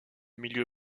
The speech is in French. milieu